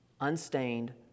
Unstained